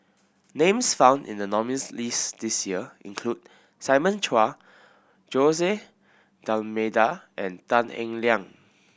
names found in the nominees' list this year include Simon Chua Jose D'Almeida and Tan Eng Liang